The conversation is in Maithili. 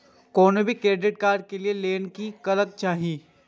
कोनो भी क्रेडिट कार्ड लिए के लेल की करल जाय?